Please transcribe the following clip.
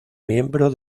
miembro